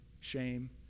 shame